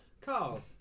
Carl